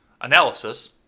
Analysis